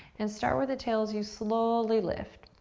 and start with the tail as you slowly lift.